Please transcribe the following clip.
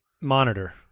Monitor